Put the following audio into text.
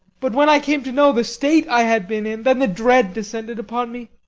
but when i came to know the state i had been in, then the dread descended upon me,